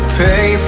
pay